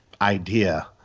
idea